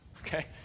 okay